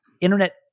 internet